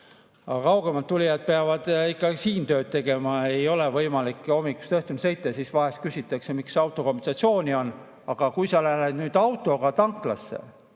Aga kaugemalt tulijad peavad ikka siin tööd tegema, ei ole võimalik hommikust õhtuni sõita. Ja siis vahest küsitakse, miks autokompensatsioon on. Aga kui sa lähed nüüd autoga tanklasse